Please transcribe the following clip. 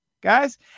guys